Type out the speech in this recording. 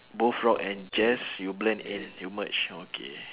both rock and jazz you blend in you merge okay